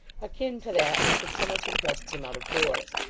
akin to that which had so much impressed him out of doors.